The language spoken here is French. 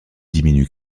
diminue